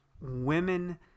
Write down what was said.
women